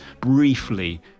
briefly